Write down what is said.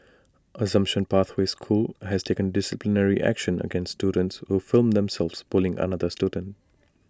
assumption pathway school has taken disciplinary action against students who filmed themselves bullying another student